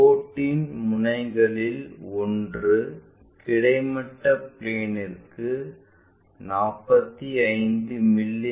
கோட்டின் முனைகளில் ஒன்று கிடைமட்ட பிளேன்ற்கு 45 மி